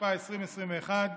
התשפ"א 2021,